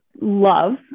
love